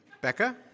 Becca